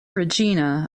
regina